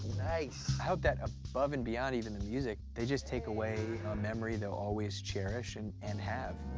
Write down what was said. nice. i hope that above and beyond even the music they just take away a memory they'll always cherish and and have.